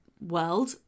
world